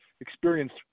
experienced